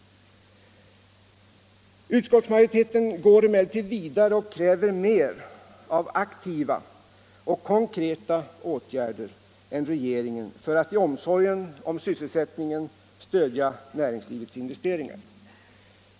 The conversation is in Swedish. Utskottsmajoriteten går emellertid vidare och kräver mer av aktiva och konkreta åtgärder än regeringen för att i omsorgen om sysselsättningen stödja näringslivets investeringar.